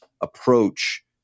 approach